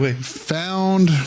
found